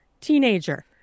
teenager